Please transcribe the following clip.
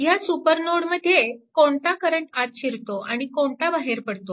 ह्या सुपरनोडमध्ये कोणता करंट आत शिरतो आणि कोणता बाहेर पडतो